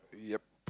yup